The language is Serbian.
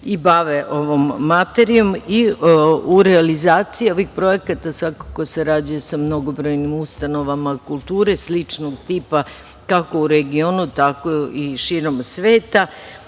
se bave ovom materijom, u realizaciji ovih projekata svako ko sarađuje sa mnogobrojnim ustanovama kulture sličnog tipa, kako u regionu, tako i širom sveta,